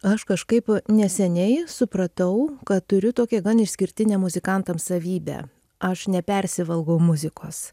aš kažkaip neseniai supratau kad turiu tokią gan išskirtinę muzikantams savybę aš nepersivalgau muzikos